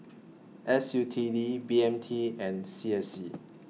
S U T D B M T and C S C